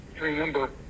Remember